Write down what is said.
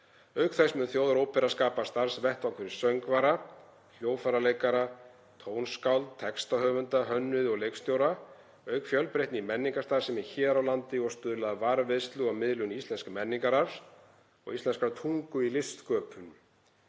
Auk þess mun Þjóðarópera skapa starfsvettvang fyrir söngvara, hljóðfæraleikara, tónskáld, textahöfunda, hönnuði og leikstjóra, auka fjölbreytni í menningarstarfsemi hér á landi og stuðla að varðveislu og miðlun íslensks menningararfs og íslenskrar tungu í listsköpun.